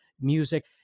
music